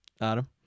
Adam